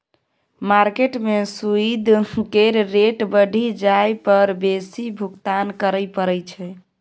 market में सूइद केर रेट बढ़ि जाइ पर बेसी भुगतान करइ पड़इ छै